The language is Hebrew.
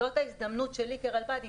זאת ההזדמנות שלי כרלב"ד,